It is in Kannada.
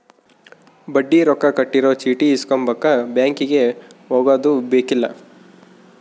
ಬಡ್ಡಿ ರೊಕ್ಕ ಕಟ್ಟಿರೊ ಚೀಟಿ ಇಸ್ಕೊಂಬಕ ಬ್ಯಾಂಕಿಗೆ ಹೊಗದುಬೆಕ್ಕಿಲ್ಲ